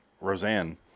Roseanne